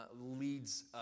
leads